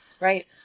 Right